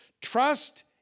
Trust